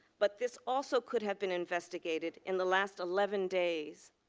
but, this also could have been investigated in the last eleven days.